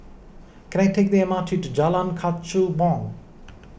can I take the M R T to Jalan Kechubong